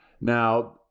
Now